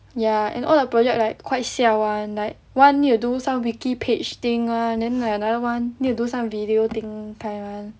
ya and all the project like quite siao [one] like one need do some wiki page thing lah then like another [one] need to do some video thing this kind [one]